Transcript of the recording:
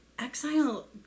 Exile